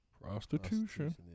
Prostitution